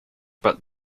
but